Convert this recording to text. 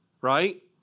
Right